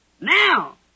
now